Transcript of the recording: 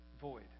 void